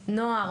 נוער,